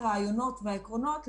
עומד בפני עצמו וגם ההכנסה מחולקת בין